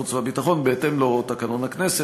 החוץ והביטחון בהתאם להוראות תקנון הכנסת,